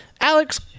Alex